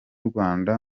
rwanda